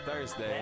Thursday